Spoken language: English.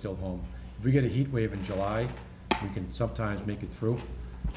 still home we had a heat wave in july you can sometimes make it through